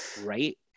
right